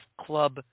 club